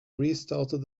restarted